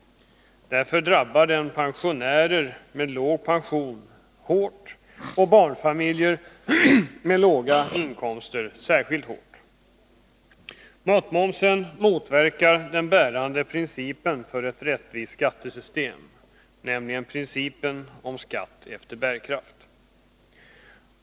Därför drabbar den pensionärer med låg pension hårt och barnfamiljer med låga inkomster särskilt hårt. Matmomsen motverkar den bärande principen för ett rättvist skattesystem. nämligen principen om skatt efter bärkraft.